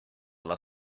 alla